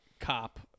cop